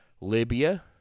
Libya